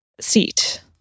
seat